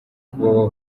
kuba